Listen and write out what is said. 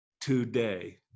today